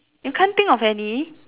you can't think of any